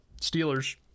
Steelers